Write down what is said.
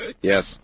Yes